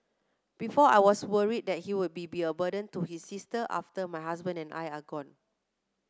before I was worried that he would be a burden to his sister after my husband and I are gone